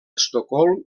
estocolm